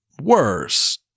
worse